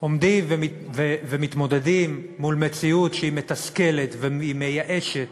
עומדים ומתמודדים מול מציאות שהיא מתסכלת ומייאשת.